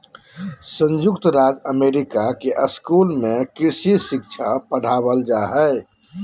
संयुक्त राज्य अमेरिका के स्कूल में कृषि शिक्षा पढ़ावल जा हइ